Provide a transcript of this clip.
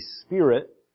spirit